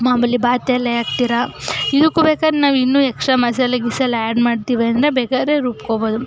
ಮಾಮೂಲಿ ಬಾತು ಎಲೆ ಹಾಕ್ತೀರ ಇದಕ್ಕೂ ಬೇಕಾದ್ರೆ ನಾವು ಇನ್ನೂ ಎಕ್ಸ್ಟ್ರಾ ಮಸಾಲೆ ಗಿಸಾಲೆ ಆ್ಯಡ್ ಮಾಡ್ತೀವಿ ಅಂದರೆ ಬೇಕಾದ್ರೆ ರುಬ್ಕೊಳ್ಬೋದು